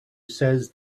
says